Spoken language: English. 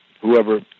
whoever